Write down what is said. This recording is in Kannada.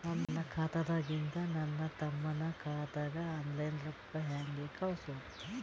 ನನ್ನ ಖಾತಾದಾಗಿಂದ ನನ್ನ ತಮ್ಮನ ಖಾತಾಗ ಆನ್ಲೈನ್ ರೊಕ್ಕ ಹೇಂಗ ಕಳಸೋದು?